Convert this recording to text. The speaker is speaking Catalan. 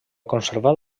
conservat